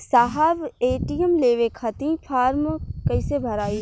साहब ए.टी.एम लेवे खतीं फॉर्म कइसे भराई?